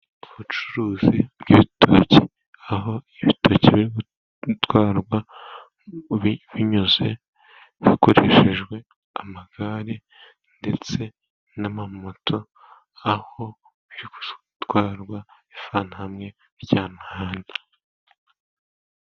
Ubucuruzi bw'ibitoki, aho ibitoki biri gutwarwa binyuze, hakoreshejwe amagare ndetse n'amamoto, aho biri gutwarwa ibivana hamwe ibijyana ahandi.